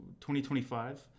2025